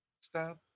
stop